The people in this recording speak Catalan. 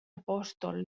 apòstol